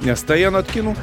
nes tai anot kinų